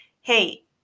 Hey